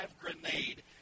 grenade